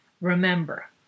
remember